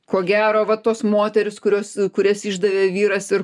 ko gero va tos moterys kurios kurias išdavė vyras ir